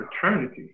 fraternity